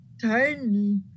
tiny